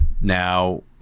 Now